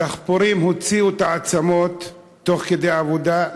הדחפורים הוציאו את העצמות תוך כדי עבודה,